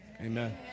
Amen